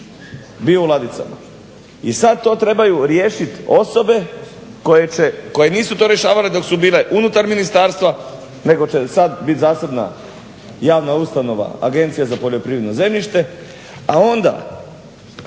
bio u ladicama. I sada to trebaju riješiti osobe koje nisu to rješavale dok su bile unutar ministarstva nego će sada biti zasebna javna ustanova Agencija za poljoprivredno zemljište. A onda